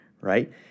right